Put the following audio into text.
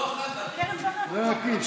חבר הכנסת